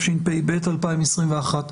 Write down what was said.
התשפ"ב-2021.